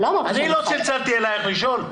אני לא צלצלתי אליך לשאול,